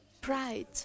pride